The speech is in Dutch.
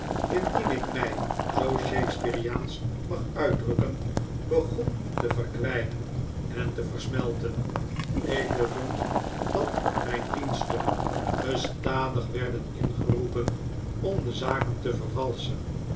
indien ik mij zoo shakesperiaansch mag uitdrukken begon te verkwijnen en te versmelten ik bevond dat mijn diensten gestadig werden ingeroepen om de zaken te vervalschen